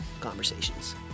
conversations